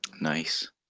Nice